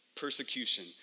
persecution